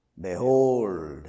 Behold